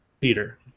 Peter